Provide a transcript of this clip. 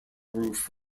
roof